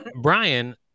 brian